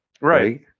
Right